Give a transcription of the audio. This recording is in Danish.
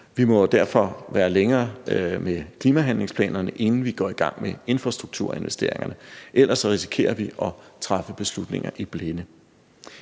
Vi må derfor være længere med klimahandlingsplanerne, inden vi går i gang med infrastrukturinvesteringerne. Ellers risikerer vi at træffe beslutninger i blinde.